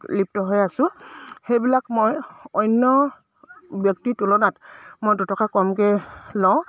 লিপ্ত হৈ আছোঁ সেইবিলাক মই অন্য ব্যক্তিৰ তুলনাত মই দুটকা কমকৈ লওঁ